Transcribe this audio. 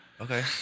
Okay